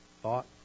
thought